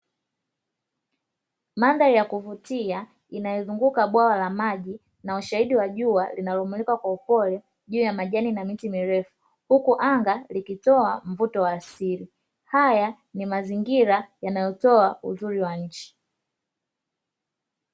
Mandhari ya kuvutia inayozunguka bwawa la maji na ushahidi wa jua linalomukika kwa upole juu ya majani na miti mirefu, huku anga likitoa mvuto wa asili, haya ni mazingira yanayotoa uzuri wa nchi.